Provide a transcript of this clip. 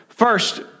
First